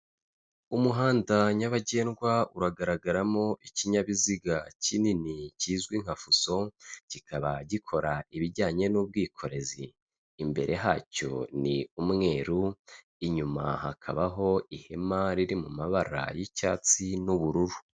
Umuhanda nyabagendwa uragaragaramo ikinyabiziga kinini kizwi nka fuso, kikaba gikora ibijyanye n'ubwikorezi. Imbere hacyo ni umweru, inyuma hakabaho ihema riri mu mabara y'icyatsi n'ubururu.